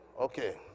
Okay